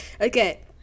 Okay